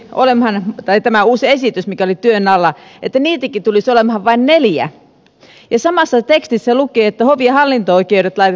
tämän uuden esityksen mukaan mikä oli työn alla hovioikeuksia tulisi olemaan vain neljä ja samassa tekstissä lukee että hovi ja hallinto oikeudet laitettaisiin yhteen